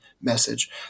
message